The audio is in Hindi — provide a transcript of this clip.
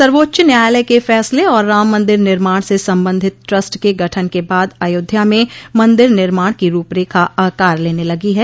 सर्वोच्च न्यायालय के फैसले और राम मंदिर निर्माण से संबंधित ट्रस्ट के गठन के बाद अयोध्या में मंदिर निर्माण की रूपरेखा आकार लेने लगी है